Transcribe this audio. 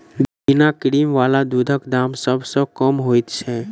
बिना क्रीम बला दूधक दाम सभ सॅ कम होइत छै